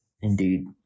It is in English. indeed